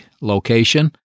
location